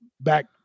back